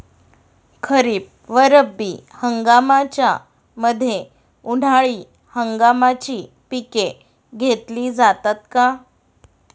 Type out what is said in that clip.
खरीप व रब्बी हंगामाच्या मध्ये उन्हाळी हंगामाची पिके घेतली जातात का?